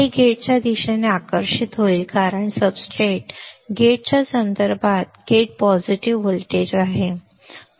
हे गेटच्या दिशेने आकर्षित होईल कारण सब्सट्रेट गेटच्या संदर्भात गेट पॉझिटिव्ह व्होल्टेज आहे